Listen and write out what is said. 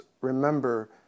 remember